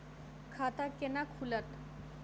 खाता केना खुलत?